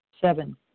Seven